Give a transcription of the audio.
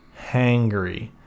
hangry